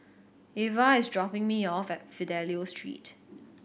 Avah is dropping me off at Fidelio Street